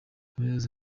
habineza